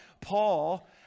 Paul